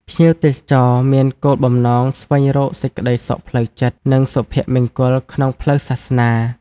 ភ្ញៀវទេសចរ មានគោលបំណងស្វែងរកសេចក្តីសុខផ្លូវចិត្ត និងសុភមង្គលក្នុងផ្លូវសាសនា។